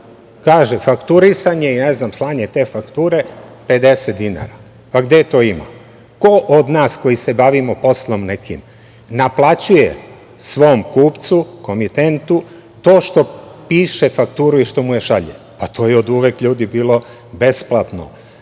fakturu? Kažu – fakturisanje i slanje te fakture 50 dinara. Gde to ima? Ko od nas koji se bavimo nekim poslom naplaćuje svom kupcu, komitentu to što piše fakturu i što im je šalje? To je oduvek, ljudi, bilo besplatno.